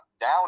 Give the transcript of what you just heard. down